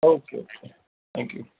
okay okay thank you